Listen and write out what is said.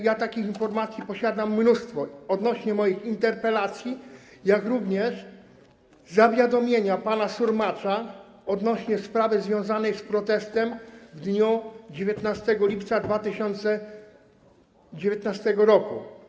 Ja takich informacji posiadam mnóstwo odnośnie do moich interpelacji, jak również do zawiadomienia pana Surmacza odnośnie do sprawy związanej z protestem w dniu 19 lipca 2019 r.